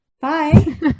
Bye